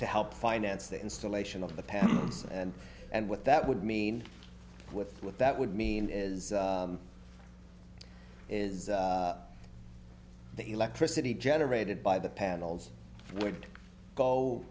to help finance the installation of the pad and and what that would mean with with that would mean is is the electricity generated by the panels would go